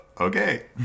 okay